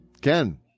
Ken